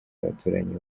abaturanyi